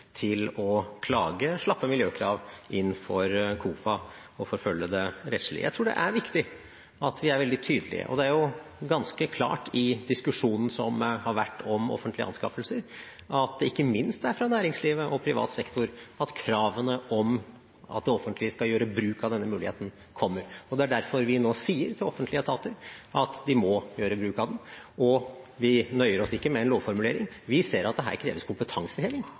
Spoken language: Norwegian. til å klage slappe miljøkrav inn for KOFA og forfølge det rettslig. Jeg tror det er viktig at vi er veldig tydelige. Det er ganske klart i diskusjonen som har vært om offentlige anskaffelser, at det ikke minst er fra næringslivet og fra privat sektor at kravene om at det offentlige skal gjøre bruk av denne muligheten, kommer. Det er derfor vi nå sier til offentlige etater at de må gjøre bruk av den. Og vi nøyer oss ikke med en lovformulering, vi ser at her kreves det kompetanseheving.